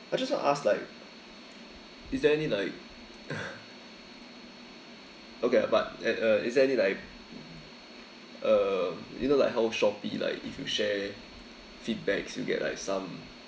I just want to ask like is there any like okay ah but at uh is there any like uh you know like how shopee like if you share feedbacks you get like some